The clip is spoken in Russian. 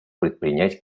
предпринять